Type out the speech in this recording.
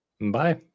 Bye